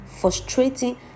frustrating